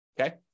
okay